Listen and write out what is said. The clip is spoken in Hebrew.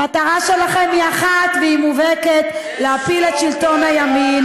היועץ המשפטי של המשטרה כתב שמטרת ההפגנות האלה היא לא להתבטא אלא ליצור